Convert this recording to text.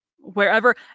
wherever